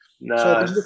no